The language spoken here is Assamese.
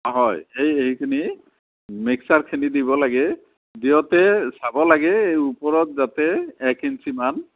হয় এই এইখিনি মিক্সাৰখিনি দিব লাগে দিওঁতে চাব লাগে ওপৰত যাতে এক ইঞ্চিমান